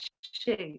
shoot